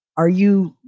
are you,